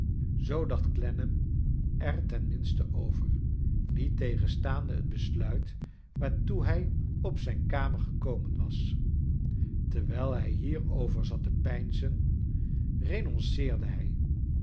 zoo dacht ciennam er ten minste over niettegenslaande het besluit waartoe hij op zijn kamer gekomen was terwijl hij hierover zat te peinzen renonceerde hij